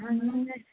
അന്നുപിന്നെ